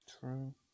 True